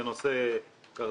זה נושא קרדינלי,